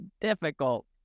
difficult